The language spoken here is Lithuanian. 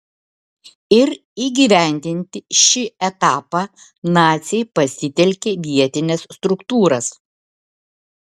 ir įgyvendinti šį etapą naciai pasitelkė vietines struktūras